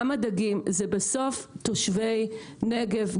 גם הדגים זה בסוף תושבי נגב,